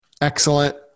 excellent